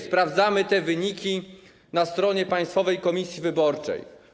Sprawdzamy te wyniki na stronie Państwowej Komisji Wyborczej.